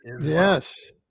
Yes